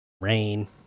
Rain